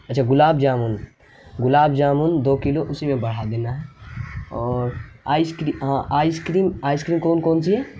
اچھا گلاب جامن گلاب جامن دو کلو اسی میں بڑھا دینا ہے اور آئس ہاں آئس کریم آئس کریم کون کون سی ہے